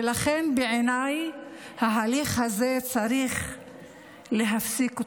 ולכן, בעיניי ההליך הזה, צריך להפסיק אותו,